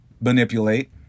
manipulate